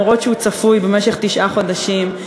גם אם הוא צפוי במשך תשעה חודשים,